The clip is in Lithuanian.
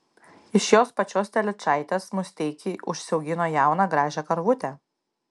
iš jos pačios telyčaitės musteikiai užsiaugino jauną gražią karvutę